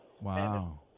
Wow